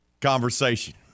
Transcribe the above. conversation